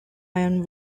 iron